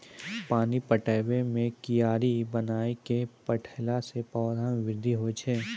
पानी पटाबै मे कियारी बनाय कै पठैला से पौधा मे बृद्धि होय छै?